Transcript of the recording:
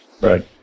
Right